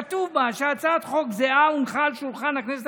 כתוב בה שהצעת חוק זהה הונחה על שולחן הכנסת